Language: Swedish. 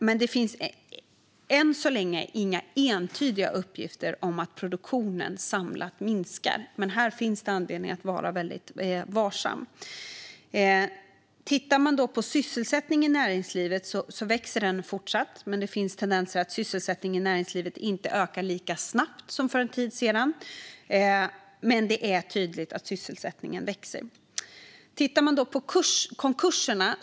Men det finns än så länge inga entydiga uppgifter om att produktionen samlat minskar. Men här finns anledning att vara varsam. Sysselsättningen i näringslivet fortsätter att växa. Det finns tendenser att sysselsättningen i näringslivet inte ökar lika snabbt som för en tid sedan, men det är tydligt att sysselsättningen växer. Låt oss titta på konkurserna.